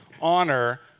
Honor